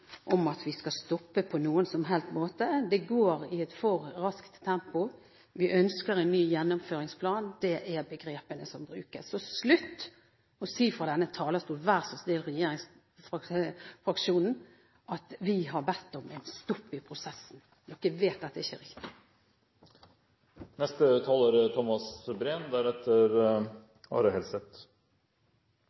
om at vi skal stoppe på noen som helst måte. Det går i et for raskt tempo. Vi ønsker en ny gjennomføringsplan. Det er begrepene som brukes. Så vær så snill, regjeringsfraksjonen: Slutt å si fra denne talerstolen at vi har bedt om en stopp i prosessen. Dere vet at det ikke er riktig